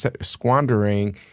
squandering